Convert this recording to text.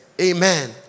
Amen